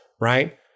right